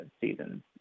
seasons